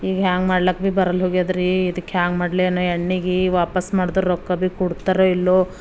ಈಗ ಹ್ಯಾಂಗ ಮಾಡ್ಲಾಕ್ ರೀ ಬರಲ್ಲ ಹೋಗ್ಯದ ರೀ ಇದಕ್ಕೆ ಹ್ಯಾಂಗೆ ಮಾಡ್ಲ ಏನೋ ಎಣ್ಣೆಗೆ ವಾಪಸ್ಸು ಮಾಡ್ದರ ರೊಕ್ಕ ಭೀ ಕೊಡ್ತಾರೋ ಇಲ್ವೋ